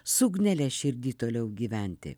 su ugnele širdy toliau gyventi